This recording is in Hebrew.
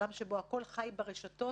לעולם שבו הכול חי ברשתות,